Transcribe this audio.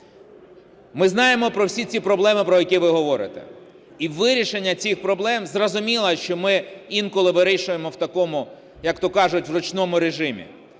Ми знаємо про всі ці проблеми, про які ви говорите. І вирішення цих проблем… зрозуміло, що ми інколи вирішуємо в такому, як-то кажуть, в ручному режимі.